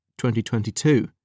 2022